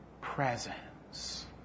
presence